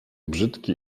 brzyki